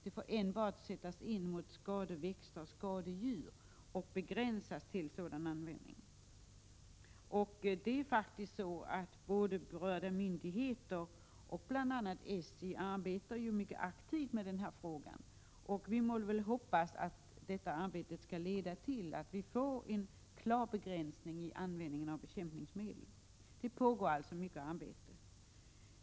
Bekämpningsmedel får sättas in enbart mot skadeväxter och skadedjur och alltså begränsas till sådan användning. Såväl berörda myndigheter som bl.a. SJ arbetar mycket aktivt med den här frågan. Vi må väl hoppas att detta arbete skall leda till en klar begränsning i användningen av bekämpningsmedel. Det pågår alltså mycket arbete.